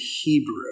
Hebrew